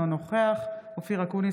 אינו נוכח אופיר אקוניס,